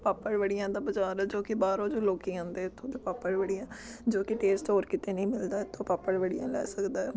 ਪਾਪੜ ਬੜੀਆਂ ਦਾ ਬਜ਼ਾਰ ਜੋ ਕਿ ਬਾਹਰੋਂ ਜੋ ਲੋਕ ਆਉਂਦੇ ਇੱਥੋਂ ਦੇ ਪਾਪੜ ਬੜੀਆਂ ਜੋ ਕਿ ਟੇਸਟ ਹੋਰ ਕਿਤੇ ਨਹੀਂ ਮਿਲਦਾ ਇੱਥੋਂ ਪਾਪੜ ਬੜੀਆਂ ਲੈ ਸਕਦਾ ਹੈ